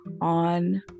on